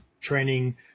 training